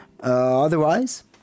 Otherwise